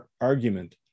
argument